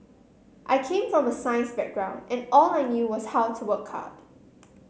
I came from a science background and all I knew was how to work hard